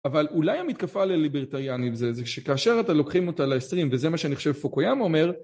אבל אולי המתקפה לליברטריאנים זה שכאשר אתה לוקחים אותה ל20 וזה מה שאני חושב פוקויאמה אומר